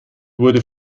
wurde